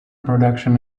production